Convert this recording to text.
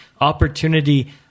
opportunity